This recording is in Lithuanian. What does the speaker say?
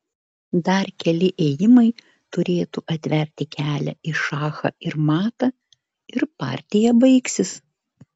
dar keli ėjimai turėtų atverti kelią į šachą ir matą ir partija baigsis